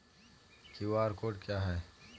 QR code क्या है?